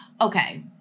Okay